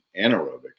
anaerobic